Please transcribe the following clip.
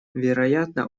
вероятно